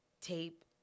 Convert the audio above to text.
tape